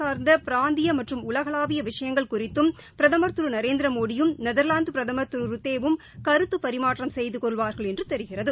சார்ந்தபிராந்தியமற்றம் உலகளாவியவிஷயங்கள் குறித்தும் பிரதம் திருநரேந்திரமோடியும் நெதா்லாந்துபிரதம் திரு ரூத்தேயும் கருத்துபரிமாற்றம் செய்துகொள்வார்கள் என்றுதெரிகிறது